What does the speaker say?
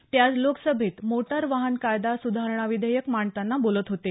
ते आज लोकसभेत मोटार वाहन कायदा सुधारणा विधेयक मांडताना बोलत होते